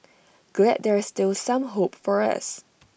glad there's still some hope for us